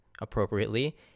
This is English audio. appropriately